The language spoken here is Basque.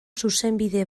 zuzenbide